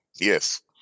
Yes